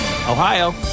Ohio